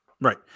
right